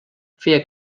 feia